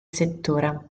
settore